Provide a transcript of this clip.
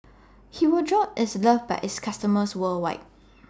Hirudoid IS loved By its customers worldwide